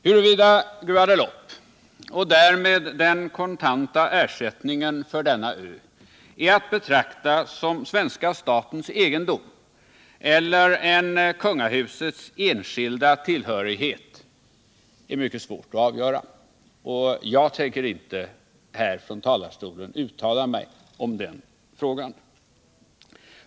Huruvida Guadeloupe, och därmed den kontanta ersättningen för denna ö, är att betrakta som svenska statens egendom eller kungahusets enskilda tillhörighet är mycket svårt att avgöra, och jag tänker inte här från talarstolen uttala mig i den frågan.